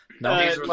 No